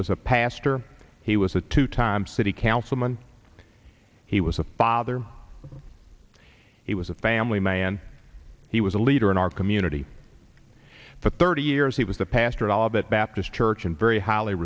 was a pastor he was a two time city councilman he was a father he was a family man he was a leader in our community for thirty years he was the pastor delegate baptist church and very highly